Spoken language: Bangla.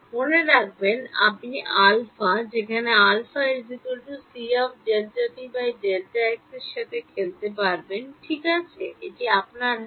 মনে রাখবেন আপনি α যেখানে α c Δt Δx এর সাথে খেলতে পারবেন ঠিক আছে এটি আপনার হাতে